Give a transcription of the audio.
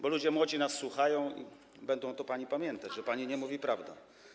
bo ludzie młodzi nas słuchają i będą to pani pamiętać, że pani nie mówi prawdy.